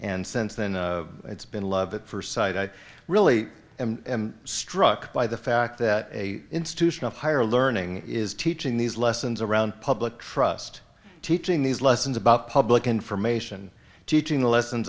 and since then it's been love at first sight i really am struck by the fact that a institution of higher learning is teaching these lessons around public trust teaching these lessons about public information teaching the lessons